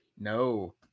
No